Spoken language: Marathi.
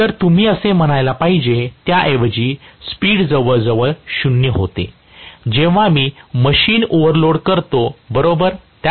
तर तुम्ही असे म्हणायला पाहिजे त्याऐवजी स्पीड जवळजवळ 0 होते जेव्हा मी मशीन ओव्हरलोड करतो बरोबर